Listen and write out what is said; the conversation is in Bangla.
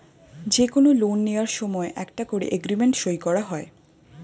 যে কোনো লোন নেয়ার সময় একটা করে এগ্রিমেন্ট সই করা হয়